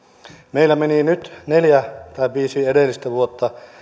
meillä meni nyt neljä tai viisi edellistä vuotta